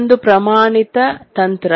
ಇದೊಂದು ಪ್ರಮಾಣಿತ ತಂತ್ರ